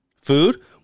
Food